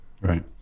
Right